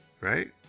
Right